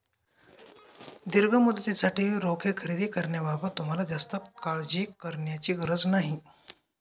दीर्घ मुदतीसाठी रोखे खरेदी करण्याबाबत तुम्हाला जास्त काळजी करण्याची गरज नाही